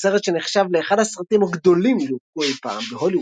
סרט שנחשב לאחד הסרטים הגדולים שהופקו אי פעם בהוליווד.